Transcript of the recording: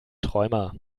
träumer